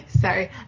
Sorry